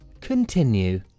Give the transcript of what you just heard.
Continue